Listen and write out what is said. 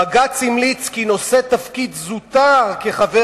בג"ץ המליץ כי נושא תפקיד זוטר כחבר